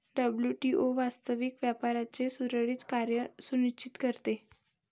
WTO वास्तविक व्यापाराचे सुरळीत कार्य सुनिश्चित करते